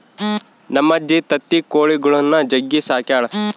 ನಮ್ಮಜ್ಜಿ ತತ್ತಿ ಕೊಳಿಗುಳ್ನ ಜಗ್ಗಿ ಸಾಕ್ಯಳ